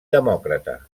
demòcrata